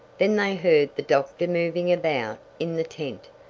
then they heard the doctor moving about in the tent,